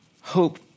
Hope